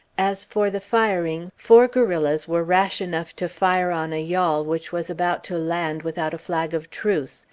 as for the firing, four guerrillas were rash enough to fire on a yawl which was about to land without a flag of truce,